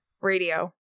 Radio